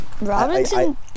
Robinson